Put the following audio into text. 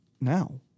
Now